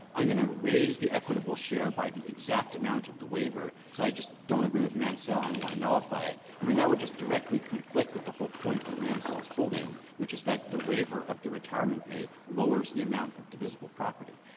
i'm going to raise the equitable share by the exact amount of the waiver because i just don't agree with mansell and i want to nullify it, i mean, that would just directly conflict with the whole point of mansell's holding, which is that the waiver of the retirement pay lowers the amount of divisible property.